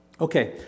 okay